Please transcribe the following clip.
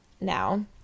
now